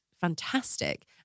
fantastic